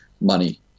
money